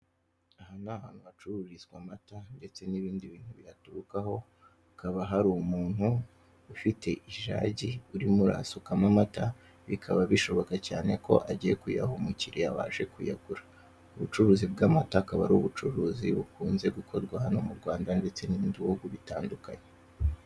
Aha ni ahantu hacururizwa amata ndetse n'ibindi bintu biyaturukaho, hakaba hari umuntu ufite ijagi urimo urasukamo amata bikaba bishoboka ko agiye kuyaha umukiriya waje kuyagura. Ubucuruzi bw'amata akaba ari ubucuruzi bukunze gukorwa hano mu Rwanda ndetse no mu bindi bihugu bitandukanye.